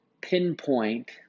pinpoint